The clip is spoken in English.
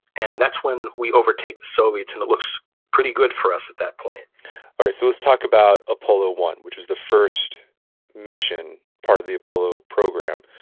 and that's when we overtake the soviets and it looks pretty good for us at that point alright. so let's talk about apollo one, which was the first mission, part of the apollo program.